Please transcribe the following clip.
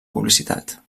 publicitat